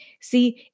See